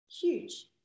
huge